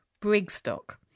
Brigstock